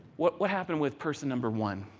what what happened with person number one?